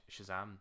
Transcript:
Shazam